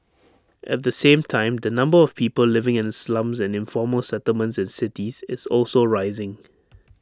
at the same time the number of people living in slums and informal settlements in cities is also rising